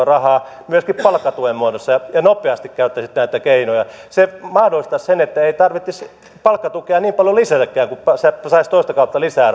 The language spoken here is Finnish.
rahaa myöskin palkkatuen muodossa ja ja nopeasti käyttäisitte näitä keinoja se mahdollistaisi sen että ei tarvitsisi palkkatukea niin paljon lisätäkään kun saisi toista kautta lisää